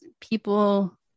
people